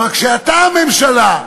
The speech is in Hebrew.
אבל כשאתה הממשלה,